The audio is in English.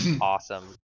Awesome